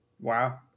Wow